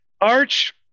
Arch